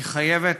היא חייבת